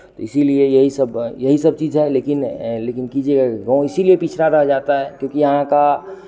इसीलिए यही सब यही सब चीज़ है लेकिन लेकिन कीजिएगा गाँव इसीलिए पिछड़ा रह जाता है क्योंकि यहाँ का